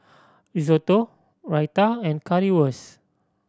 Risotto Raita and Currywurst